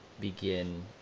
begin